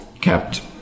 kept